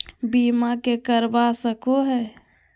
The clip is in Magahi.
बीमा के करवा सको है?